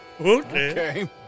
Okay